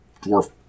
dwarf